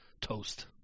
toast